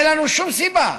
ואין לנו שום סיבה